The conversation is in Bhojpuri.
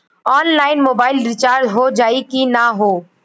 ऑनलाइन मोबाइल रिचार्ज हो जाई की ना हो?